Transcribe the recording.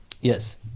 Yes